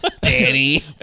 Danny